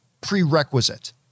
prerequisite